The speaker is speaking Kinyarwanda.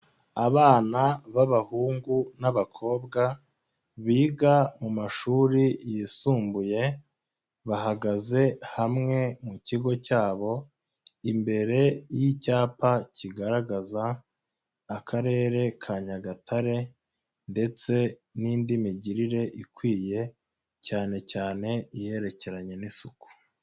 Abana b'abahungu n'abakobwa, biga mu mashuri yisumbuye, bahagaze hamwe mu kigo cyabo, imbere y'icyapa kigaragaza Akarere ka Nyagatare ndetse n'indi migirire ikwiye cyane cyane iyerekeranye n'isuku.